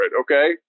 okay